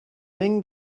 ming